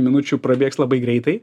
minučių prabėgs labai greitai